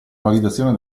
validazione